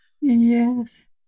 Yes